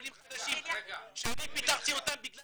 עולים חדשים שאני פיטרתי אותם בגלל